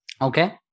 Okay